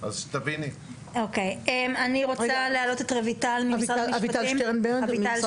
אבל --- אני רוצה להעלות את אביטל שטרנברג ממשרד